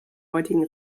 heutigen